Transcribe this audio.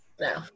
No